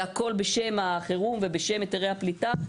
והכל בשם החירום ובשם היתרי הפליטה.